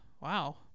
Wow